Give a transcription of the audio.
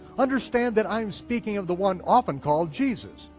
understand that i'm speaking of the one often called jesus,